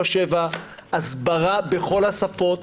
הסברה בכל השפות,